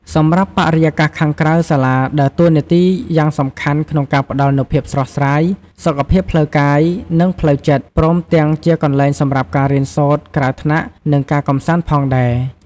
សម្រាប់បរិយាកាសខាងក្រៅសាលាដើរតួនាទីយ៉ាងសំខាន់ក្នុងការផ្ដល់នូវភាពស្រស់ស្រាយ សុខភាពផ្លូវកាយ និងផ្លូវចិត្ត ព្រមទាំងជាកន្លែងសម្រាប់ការរៀនសូត្រក្រៅថ្នាក់ និងការកម្សាន្តផងដែរ។